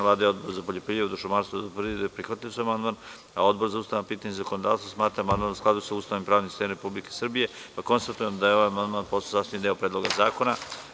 Vlada i Odbor za poljoprivredu, šumarstvo i vodoprivredu prihvatili su amandman, a Odbor za ustavna pitanja i zakonodavstvo smatra da je amandman u skladu sa Ustavom i pravnim sistemom Republike Srbije, pa konstatujem da je ovaj amandman postao sastavni deo Predloga zakona.